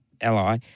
Ally